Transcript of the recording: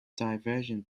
divergent